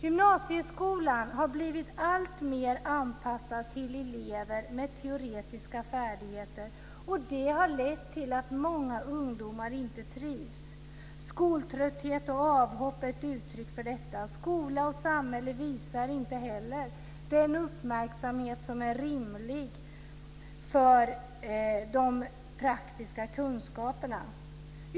Gymnasieskolan har blivit alltmer anpassad till elever med teoretiska färdigheter, vilket har lett till att många ungdomar inte trivs. Skoltrötthet och avhopp är ett uttryck för detta. Skola och samhälle visar inte heller den uppmärksamhet som är rimlig för de praktiska kunskaperna.